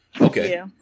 Okay